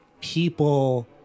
people